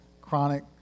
Chronic